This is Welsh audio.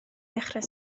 ddechrau